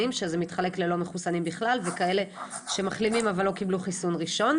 שזה מתחלק ללא מחוסנים בכלל וכאלה שמחלימים אבל לא קיבלו חיסון ראשון.